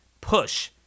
push